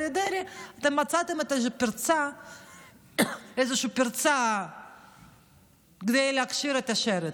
לאריה דרעי אתם מצאתם איזושהי פרצה כדי להכשיר את השרץ.